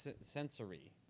Sensory